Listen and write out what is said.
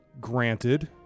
Granted